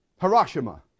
Hiroshima